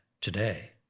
today